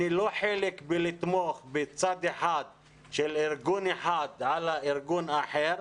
אני לא חלק בלתמוך בצד אחד של ארגון אחד על ארגון אחר.